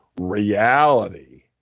reality